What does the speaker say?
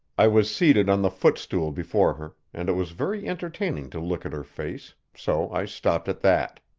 i was seated on the footstool before her, and it was very entertaining to look at her face, so i stopped at that.